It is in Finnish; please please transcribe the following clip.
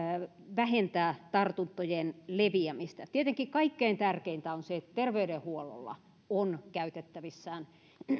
vähentää tartuntojen leviämistä tietenkin kaikkein tärkeintä on että terveydenhuollolla on käytettävissään